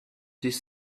these